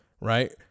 right